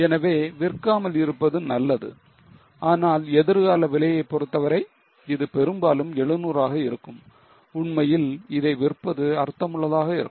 எனவே விற்காமல் இருப்பது நல்லது ஆனால் எதிர்கால விலையைப் பொறுத்தவரை இது பெரும்பாலும் 700 ஆக இருக்கும் உண்மையில் இதை விற்பது அர்த்தமுள்ளதாக இருக்கும்